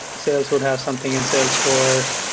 sales would have something in salesforce.